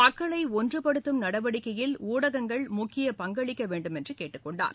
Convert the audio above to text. மக்களை ஒன்றுபடுத்தும் நடவடிக்கையில் ஊடகங்கள் முக்கிய பங்களிக்க வேண்டுமென்று கேட்டுக் கொண்டார்